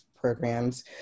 programs